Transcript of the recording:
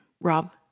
Rob